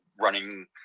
running